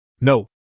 No